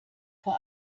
vor